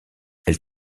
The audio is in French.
elle